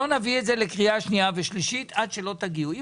אנחנו לא נביא את זה לקריאה שנייה ושלישית עד שלא תגיעו לכאן עם התחשיב.